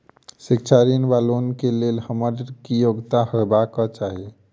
शिक्षा ऋण वा लोन केँ लेल हम्मर की योग्यता हेबाक चाहि?